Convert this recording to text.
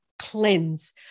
Cleanse